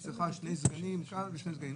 צריכה שני סגנים כאן ושני סגנים שם?